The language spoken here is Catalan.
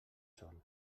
sol